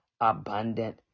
abundant